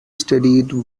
studied